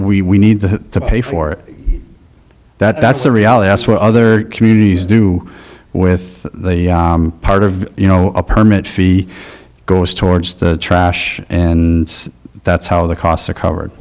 we we need to pay for that that's the reality that's what other communities do with the part of you know a permit fee goes towards the trash and that's how the costs are covered